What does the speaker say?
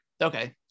okay